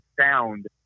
sound